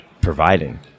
providing